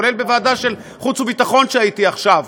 כולל בוועדה של חוץ וביטחון שהייתי עכשיו,